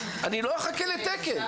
אני לא אחכה לתקן.